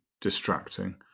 distracting